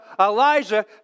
Elijah